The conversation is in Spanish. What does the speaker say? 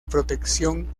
protección